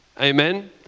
Amen